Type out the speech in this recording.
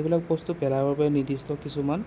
এইবিলাক বস্তু পেলাবৰ বাবে নিৰ্দিষ্ট কিছুমান